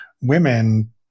women